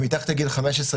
ומתחת לגיל 15,